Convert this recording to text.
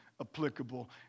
applicable